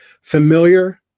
familiar